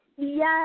Yes